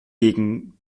gegen